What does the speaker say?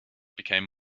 became